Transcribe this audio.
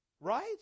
Right